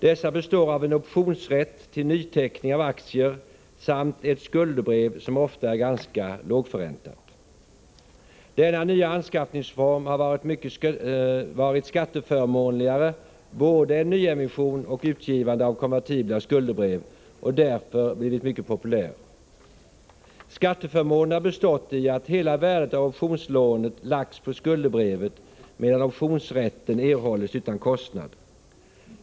Dessa består av en optionsrätt till nyteckning av aktier samt ett skuldebrev som ofta är ganska lågförräntat. Denna nya anskaffningsform har varit skatteförmånligare än både nyemission och utgivande av konvertibla skuldebrev och har därför blivit mycket populär. Skatteförmånen har bestått i att hela värdet av optionslånet lagts på skuldebrevet, medan optionsrätten erhållits utan kostnad.